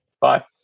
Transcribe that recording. Bye